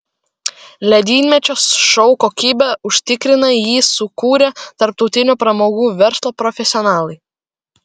ledynmečio šou kokybę užtikrina jį sukūrę tarptautinio pramogų verslo profesionalai